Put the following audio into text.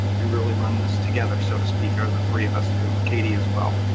we really run this together, so to speak, or the three of us do, katie as well.